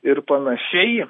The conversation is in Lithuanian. ir panašiai